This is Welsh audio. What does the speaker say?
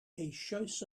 eisoes